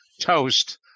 toast